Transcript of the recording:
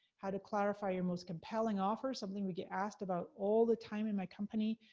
how to clarify your most compelling offers, something we get asked about all the time in my company.